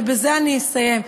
ובזה אני אסיים,